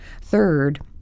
Third